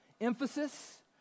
emphasis